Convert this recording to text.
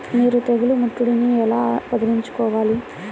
మీరు తెగులు ముట్టడిని ఎలా వదిలించుకోవాలి?